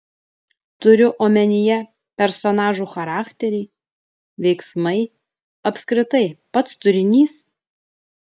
turiu omenyje personažų charakteriai veiksmai apskritai pats turinys